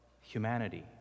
humanity